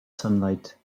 sunlight